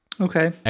Okay